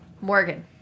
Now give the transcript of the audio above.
Morgan